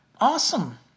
Awesome